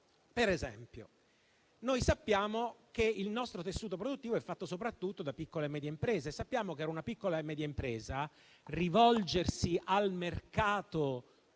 Per esempio, sappiamo che il nostro tessuto produttivo è fatto soprattutto da piccole e medie imprese e che per una piccola e media impresa rivolgersi al mercato